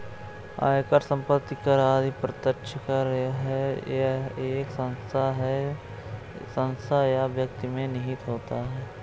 आयकर, संपत्ति कर आदि प्रत्यक्ष कर है यह एक संस्था या व्यक्ति में निहित होता है